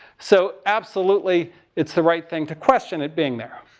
so absolutely it's the right thing to question it being there.